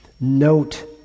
note